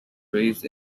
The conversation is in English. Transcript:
raised